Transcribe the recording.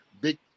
big